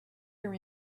your